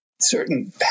certain